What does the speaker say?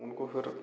उनको फिर